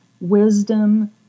wisdom